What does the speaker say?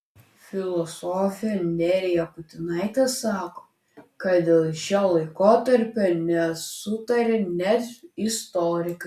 filosofė nerija putinaitė sako kad dėl šio laikotarpio nesutaria net istorikai